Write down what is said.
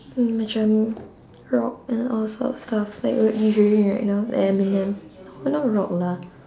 mm macam rock and all sort of stuff like what you hearing right now eminem no not rock lah